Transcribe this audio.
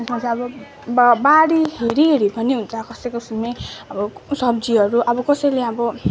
यसमा चाहिँ अब ब बारी हेरी हेरी पनि हुन्छ कसैको अब सब्जीहरू अब कसैले अब